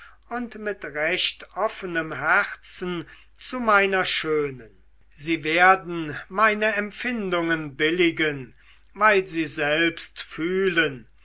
und mit recht offnem herzen zu meiner schönen sie werden meine empfindungen billigen weil sie selbst fühlen